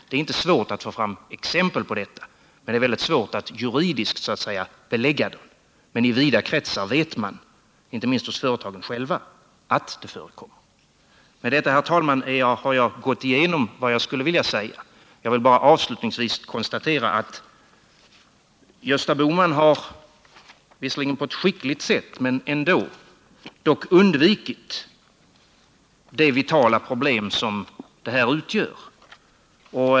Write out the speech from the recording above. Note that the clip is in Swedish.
Det är inte svårt att få fram exempel på detta, men det är väldigt svårt att juridiskt belägga dem. I vida kretsar vet man emellertid, inte minst hos företagen själva, att sådan kapitalflykt förekommer. Med detta, herr talman, har jag gått igenom vad jag ville säga. Jag vill bara avslutningsvis konstatera att Gösta Bohman har — även om han har gjort det på ett skickligt sätt — undvikit det vitala problem som investeringsflykten utgör.